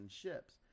ships